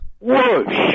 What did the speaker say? Whoosh